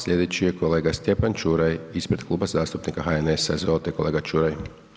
Sljedeći je kolega Stjepan Čuraj ispred Kluba zastupnika HNS-a, izvolite kolega Čuraj.